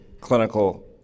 clinical